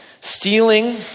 Stealing